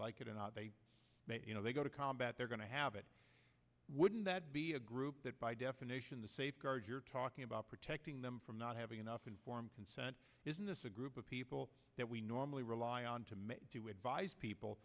like it and they you know they go to combat they're going to have it wouldn't that be a group that by definition the safeguards you're talking about protecting them from not having enough informed consent isn't this a group of people that we normally rely on to